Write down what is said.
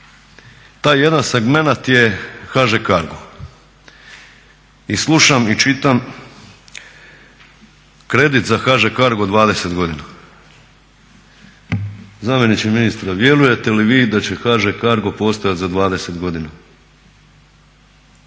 taj jedan segment je HŽ Cargo. I slušam i čitam kredit za HŽ Cargo 20 godina. Zamjeniče ministra vjerujete li vi da će HŽ Cargo postojati za 20 godina?